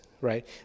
right